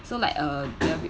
so like uh there will